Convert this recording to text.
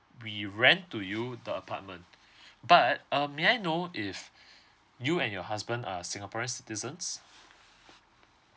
we rent to you the apartment but um may I know if you and your husband are singaporean citizens